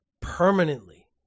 Permanently